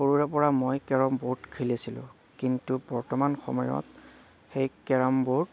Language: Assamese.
সৰুৰে পৰা মই কেৰম বহুত খেলিছিলোঁ কিন্তু বৰ্তমান সময়ত সেই কেৰম ব'ৰ্ড